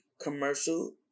commercial